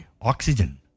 oxygen